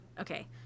okay